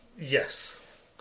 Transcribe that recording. Yes